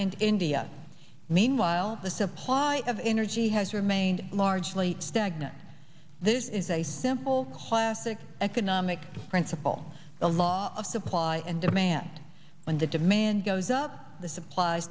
and india meanwhile the supply of energy has remained largely stagnant there is a simple classic economic principle a law of supply and demand when the demand goes up the supplies